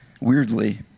weirdly